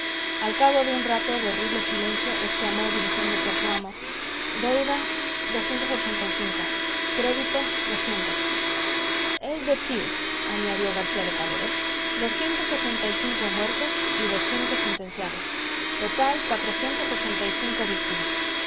al cabo de un rato de horrible silencio exclamó dirigiéndose a su amo deuda crédito es decir añadió garcía de paredes doscientos ochenta y cinco muertos y doscientos sentenciados total cuatrocientas ochenta y cinco víctimas